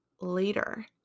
later